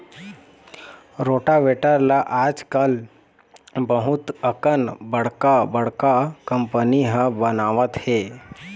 rotavator ल आजकाल बहुत अकन बड़का बड़का कंपनी ह बनावत हे